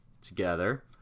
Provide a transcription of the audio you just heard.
together